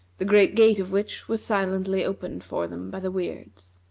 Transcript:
the great gate of which was silently opened for them by the weirds.